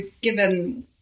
given